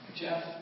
Jeff